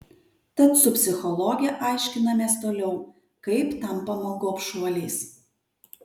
tad su psichologe aiškinamės toliau kaip tampama gobšuoliais